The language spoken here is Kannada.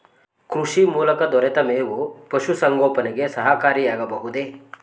ಕೃಷಿ ಮೂಲಕ ದೊರೆತ ಮೇವು ಪಶುಸಂಗೋಪನೆಗೆ ಸಹಕಾರಿಯಾಗಬಹುದೇ?